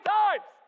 times